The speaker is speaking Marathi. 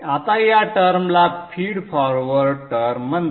आता या टर्मला फीड फॉरवर्ड टर्म म्हणतात